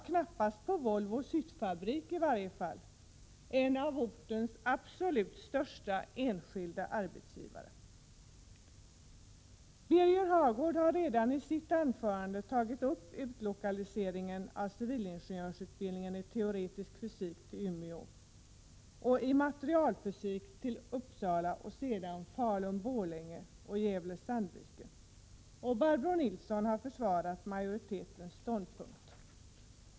Knappast på Volvos hyttfabrik i varje fall, en av ortens absolut största enskilda arbetsgivare. Birger Hagård har redan i sitt anförande tagit upp frågan om utlokaliseringen av civilingenjörsutbildningen i teoretisk fysik till Umeå samt utlokaliseringen av utbildningen i materialfysik till Uppsala och sedan till Falun Sandviken. Barbro Nilsson har försvarat majoritetens ståndpunkt.